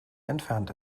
entfernt